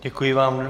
Děkuji vám.